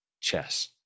Chess